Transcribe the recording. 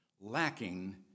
lacking